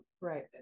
right